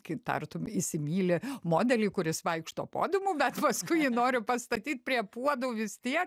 kai tartum įsimyli modelį kuris vaikšto podiumu bet paskui jį nori pastatyt prie puodų vis tie